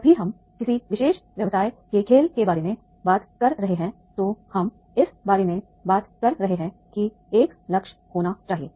जब भी हम किसी विशेष व्यवसाय के खेल के बारे में बात कर रहे हैं तो हम इस बारे में बात कर रहे हैं कि एक लक्ष्य होना चाहिए